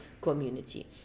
community